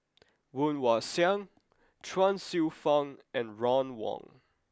Woon Wah Siang Chuang Hsueh Fang and Ron Wong